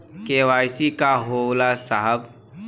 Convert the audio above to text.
KYC का होला साहब?